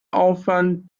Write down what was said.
aufwand